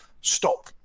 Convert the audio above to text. stop